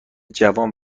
جوان